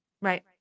Right